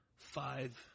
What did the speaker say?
Five